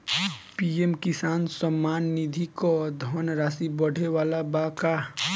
PM Kisan Samman Nidhi क धनराशि बढ़े वाला बा का?